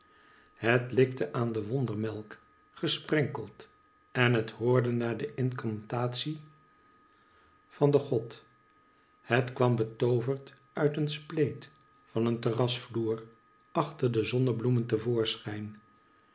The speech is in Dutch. het likte aan de wondermelk gesprenkeld en het hoorde naar de incantatie van den god het kwam betooverd uit een spleet van den terrasvloer achter de zonbloemen